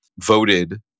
voted